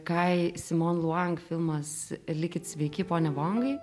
kai simon luang filmas likit sveiki pone vongai